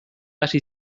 hasi